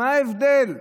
מה ההבדל?